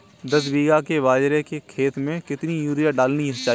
दस बीघा के बाजरे के खेत में कितनी यूरिया डालनी चाहिए?